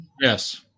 Yes